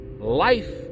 life